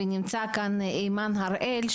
ונמצא כאן אימאן הראל,